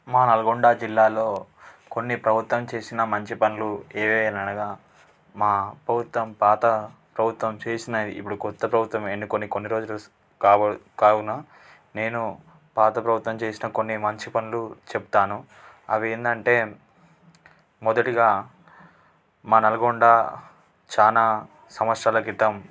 మా నల్గొండ జిల్లాలో కొన్ని ప్రభుత్వం చేసిన మంచి పనులు ఏవేవి అనగా మా ప్రభుత్వం పాత ప్రభుత్వం చేసినవి ఇప్పుడు కొత్త ప్రభుత్వం ఎన్నుకొని కొన్ని రోజులు కావు కావున నేను పాత ప్రభుత్వం చేసిన కొన్ని మంచి పనులు చెప్తాను అవేంటంటే మొదటిగా మా నల్గొండ చాలా సంవత్సరాల క్రితం